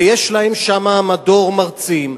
ויש להם שם מדור מרצים,